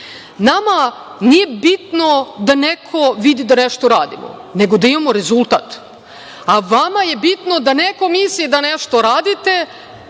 Nama nije bitno da neko vidi da nešto radimo, nego da imamo rezultat, a vama je bitno da neko misli da nešto radite,